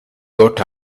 got